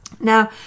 Now